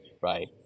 right